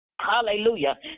Hallelujah